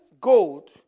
gold